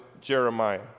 Jeremiah